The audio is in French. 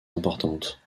importantes